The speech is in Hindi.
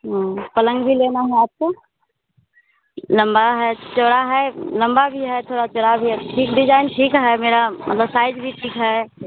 हाँ पलंग भी लेना है आपको लम्बा है चौड़ा है लम्बा भी है थोड़ा चौड़ा भी है ठीक डिज़ाइन ठीक है मेरा अगर साइज़ भी ठीक है